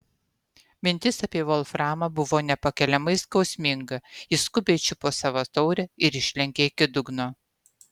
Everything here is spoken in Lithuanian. mintis apie volframą buvo nepakeliamai skausminga ji skubiai čiupo savo taurę ir išlenkė iki dugno